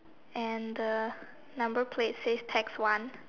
and the number plates say taxi one